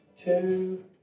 two